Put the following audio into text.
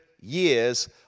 years